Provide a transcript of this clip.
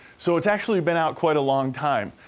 so, it's actually been out quite a long time.